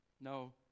No